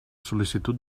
sol·licitud